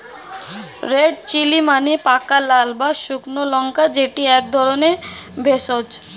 red chilli মানে পাকা লাল বা শুকনো লঙ্কা যেটি এক ধরণের ভেষজ